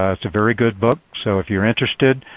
ah it's a very good book so if you're interested,